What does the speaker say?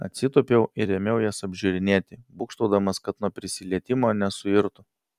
atsitūpiau ir ėmiau jas apžiūrinėti būgštaudamas kad nuo prisilietimo nesuirtų